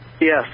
Yes